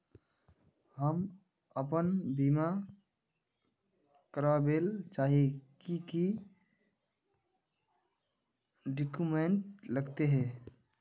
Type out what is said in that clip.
हम अपन बीमा करावेल चाहिए की की डक्यूमेंट्स लगते है?